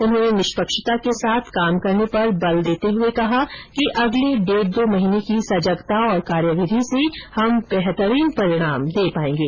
उन्होंने निष्पक्षता के साथ कार्य करने पर बल देते हुए कहा कि अगले डेढ दो महीने की सजगता और कार्यविधि से हम बेहतरीन परिणाम दे पाएंगे